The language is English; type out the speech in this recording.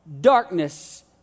darkness